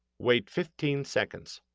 wait fifteen seconds.